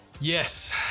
Yes